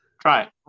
try